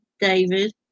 David